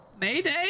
Mayday